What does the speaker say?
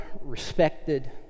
respected